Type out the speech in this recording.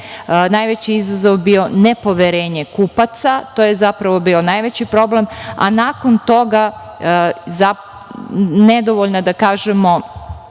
najveći izazov bio nepoverenje kupaca. To je zapravo bio najveći problem, a nakon toga nedovoljna, da kažemo,